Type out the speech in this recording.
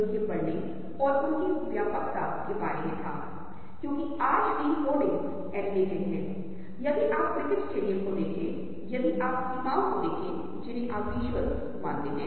यदि आप बारीकी से देखेंगे तो आप पाएंगे कि बाईं ओर हमारे पास एडिक्टिव रंगों की अवधारणा के रूप में जाना जाता है एडिक्टिव रंग क्या हैं जिस तरह से हम इसे टेलीविजन स्क्रीन पर या प्रकाश में देखते हैं और आप एक प्रिज्म डालते हैं और हल्के रंगों को सात रंगों में विभाजित किया गया है